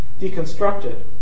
deconstructed